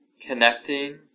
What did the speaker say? connecting